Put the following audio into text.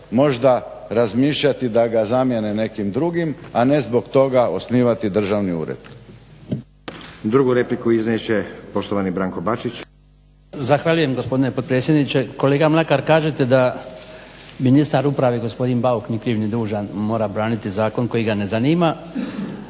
možda razmišljati da ga zamijene nekim drugim a ne zbog toga osnivati državni ured. **Stazić, Nenad (SDP)** Drugu repliku iznijet će poštovani Branko Bačić. **Bačić, Branko (HDZ)** Zahvaljujem gospodine potpredsjedniče. Kolega Mlakar kažete da ministar uprave gospodin Bauk ni kriv ni dužan mora braniti zakon koji ga ne zanima,